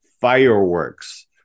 fireworks